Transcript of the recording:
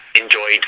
enjoyed